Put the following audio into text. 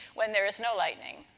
when there is no lightening.